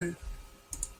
nan